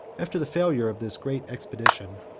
after the failure of this great expedition,